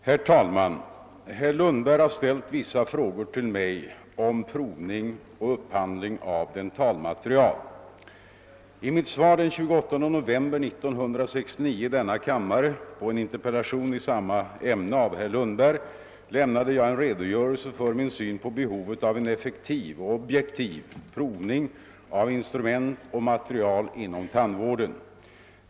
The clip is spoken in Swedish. Herr talman! Herr Lundberg har ställt vissa frågor till mig om provning och upphandling av dentalmaterial. I mitt svar den 28 november 1969 i denna kammare på en interpellation i samma ämne av herr Lundberg lämnade jag en redogörelse för min syn på behovet av en effektiv och objektiv provning av instrument och material inom tandvården.